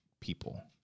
people